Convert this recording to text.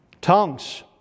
Tongues